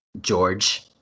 George